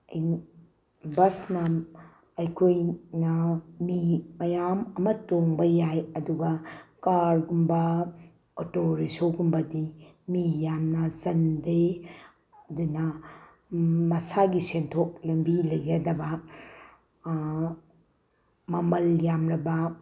ꯕꯁꯅ ꯑꯩꯈꯣꯏꯅ ꯃꯤ ꯃꯌꯥꯝ ꯑꯃ ꯇꯣꯡꯕ ꯌꯥꯏ ꯑꯗꯨꯒ ꯀꯥꯔꯒꯨꯝꯕ ꯑꯣꯇꯣ ꯔꯤꯛꯁꯣꯒꯨꯝꯕꯗꯤ ꯃꯤ ꯌꯥꯝꯅ ꯆꯟꯗꯦ ꯑꯗꯨꯅ ꯃꯁꯥꯒꯤ ꯁꯦꯟꯊꯣꯛ ꯂꯝꯕꯤ ꯂꯩꯖꯗꯕ ꯃꯃꯜ ꯌꯥꯝꯂꯕ